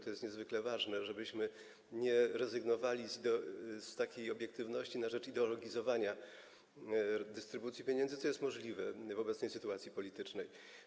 To jest niezwykle ważne, żebyśmy nie rezygnowali z takiej obiektywności na rzecz ideologizowania dystrybucji pieniędzy, co jest możliwe w obecnej sytuacji politycznej.